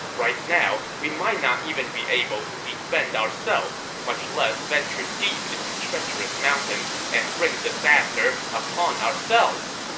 right now, we might not even be able to defend ourselves, much less venture deep into treacherous mountains and bring disaster upon ourselves.